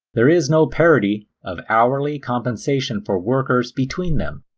there is no parity of hourly compensation for workers between them.